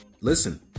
Listen